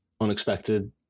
unexpected